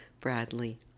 Bradley